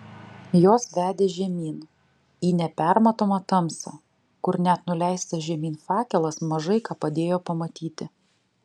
jos vedė žemyn į nepermatomą tamsą kur net nuleistas žemyn fakelas mažai ką padėjo pamatyti